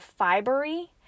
fibery